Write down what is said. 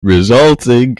resulting